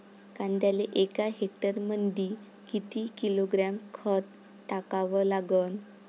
कांद्याले एका हेक्टरमंदी किती किलोग्रॅम खत टाकावं लागन?